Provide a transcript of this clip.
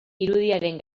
irudiaren